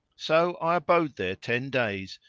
so i abode there ten days,